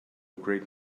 great